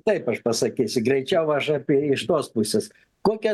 taip aš pasakysiu greičiau aš apie iš tos pusės kokia